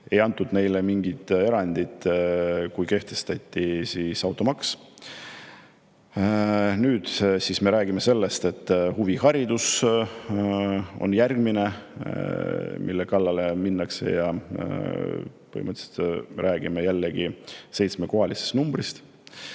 Ei tehtud neile mingit erandit, kui kehtestati automaks. Nüüd siis me räägime sellest, et huviharidus on järgmine, mille kallale minnakse, ja põhimõtteliselt on jutt jällegi seitsmekohalisest numbrist.